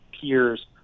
peers